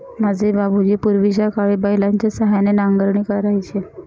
माझे बाबूजी पूर्वीच्याकाळी बैलाच्या सहाय्याने नांगरणी करायचे